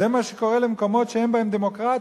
זה מה שקורה למקומות שאין בהם דמוקרטיה,